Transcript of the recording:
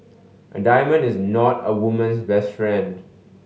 a diamond is not a woman's best friend